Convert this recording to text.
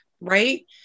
Right